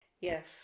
Yes